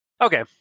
Okay